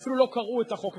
ואפילו לא קראו את החוק.